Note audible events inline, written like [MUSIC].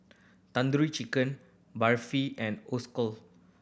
Tandoori Chicken Barfi and [UNINTELLIGIBLE]